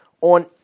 on